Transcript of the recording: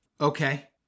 Okay